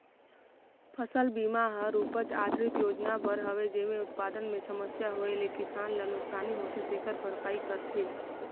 फसल बिमा हर उपज आधरित योजना बर हवे जेम्हे उत्पादन मे समस्या होए ले किसान ल नुकसानी होथे तेखर भरपाई करथे